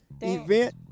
event